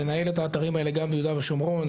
לנהל את האתרים האלה גם ביהודה ושומרון.